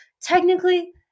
technically